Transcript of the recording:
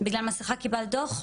בגלל מסיכה קיבלת דוח?